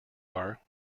are